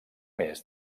més